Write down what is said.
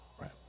right